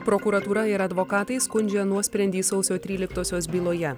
prokuratūra ir advokatai skundžia nuosprendį sausio tryliktosios byloje